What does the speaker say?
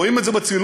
רואים את זה בצילום.